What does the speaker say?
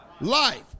Life